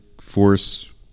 force